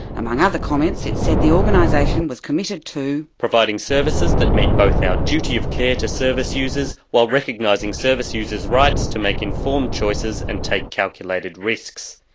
among other comments it said the organisation was committed to. providing services that meet both our duty of care to service users, while recognising service users' rights to make informed choices and take calculated risks.